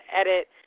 edit